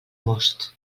most